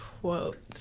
quote